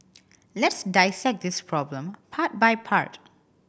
let's dissect this problem part by part